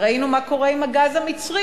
וראינו מה קורה עם הגז המצרי,